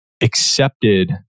accepted